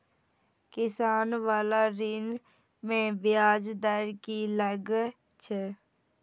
किसान बाला ऋण में ब्याज दर कि लागै छै?